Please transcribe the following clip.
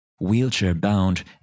wheelchair-bound